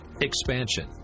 expansion